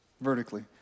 Vertically